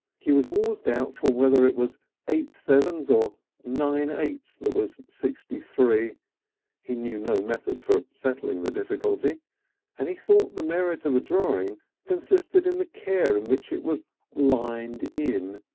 he was always doubtful whether it was eight sevens or nine eights that was sixty-three he knew no method for settling the difficulty and he thought the merit of a drawing consisted in the care with which it was lined in.